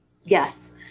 Yes